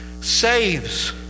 saves